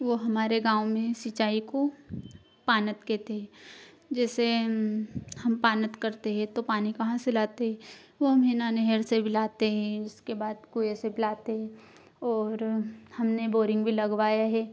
वह हमारे गाँव में सिचाई को पानत कहते है जैसे हम पानत करते है तो पानी कहाँ से लाते वह हम है ना नहर से भी लाते हैं उसके बाद कोई ऐसे और हमने बोरिंग भी लगवाया है